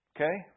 Okay